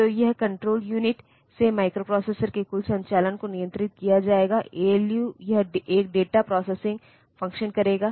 तो इस control unit से माइक्रोप्रोसेसर के कुल संचालन को नियंत्रित किया जाएगा ऐएलयू एक डाटा प्रोसेसिंग फ़ंक्शन करेगा